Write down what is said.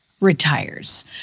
retires